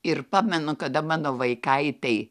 ir pamenu kada mano vaikaitei